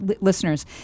listeners